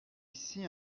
ici